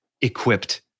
equipped